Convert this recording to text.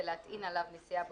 ולהטעין עליו נסיעה בודדת.